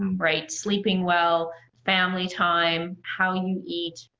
um right? sleeping well, family time, how you eat,